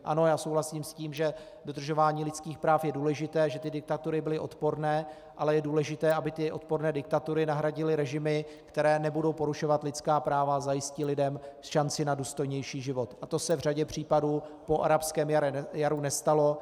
Ano, já souhlasím s tím, že dodržování lidských práv je důležité, že ty diktatury byly odporné, ale je důležité, aby ty odporné diktatury nahradily režimy, které nebudou porušovat lidská práva a zajistí lidem šanci na důstojnější život, a to se v řadě případů po arabském jaru nestalo.